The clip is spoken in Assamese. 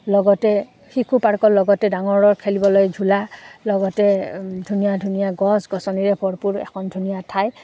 লগতে শিশু পাৰ্কৰ লগতে ডাঙৰৰ খেলিবলৈ ঝুলা লগতে ধুনীয়া ধুনীয়া গছ গছনিৰে ভৰপূৰ এখন ধুনীয়া ঠাই